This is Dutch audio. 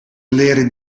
leren